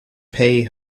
pay